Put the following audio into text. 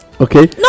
Okay